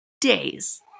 days